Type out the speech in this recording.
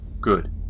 Good